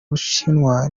bushinwa